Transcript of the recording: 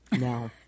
No